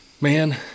Man